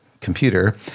computer